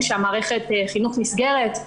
כשמערכת החינוך נסגרת.